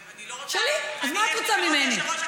שנייה, שנייה, גברתי השרה.